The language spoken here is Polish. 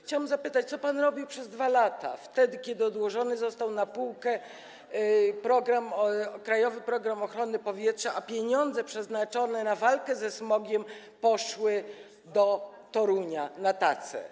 Chciałabym zapytać, co pan robił przez 2 lata, kiedy to odłożony został na półkę „Krajowy program ochrony powietrza”, a pieniądze przeznaczone na walkę ze smogiem poszły do Torunia na tacę?